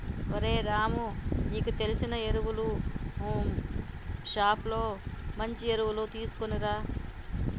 ఓరై రాము నీకు తెలిసిన ఎరువులు షోప్ లో మంచి ఎరువులు తీసుకునిరా